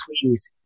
please